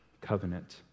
covenant